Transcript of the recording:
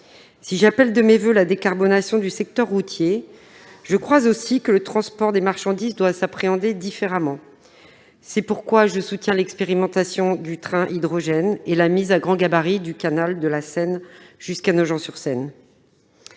Si j'appelle de mes voeux la décarbonation du secteur routier, je crois aussi que le transport des marchandises doit s'appréhender différemment. C'est pourquoi je soutiens l'expérimentation du train à hydrogène et la mise à grand gabarit du canal de la Seine jusqu'à Nogent-sur-Seine.